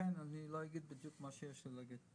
לכן אני לא אגיד בדיוק מה שיש לי להגיד.